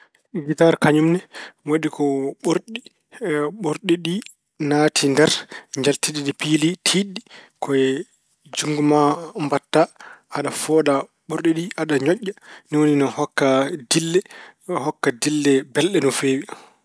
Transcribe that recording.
Gitaar kañum ne waɗi ko ɓorɗi. Ɓorɗi ɗi naati nder, njaltiti pilii, tiiɗɗi. Ko e juutngo ma mbaɗta, aɗa fooɗa ɓorɗi ɗi, aɗa ñoƴƴa. Ni woni ina hokka dille, hokka dille mbeɗe no feewi.